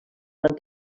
van